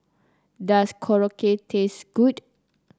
does Korokke taste good